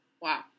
Wow